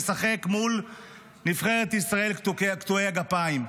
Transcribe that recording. אנחנו זכינו לשחק מול נבחרת ישראל קטועי הגפיים,